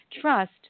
Trust